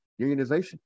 unionization